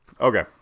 Okay